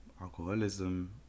alcoholism